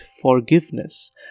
forgiveness